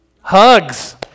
Hugs